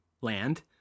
land